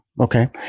okay